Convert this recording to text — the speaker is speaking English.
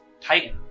Titan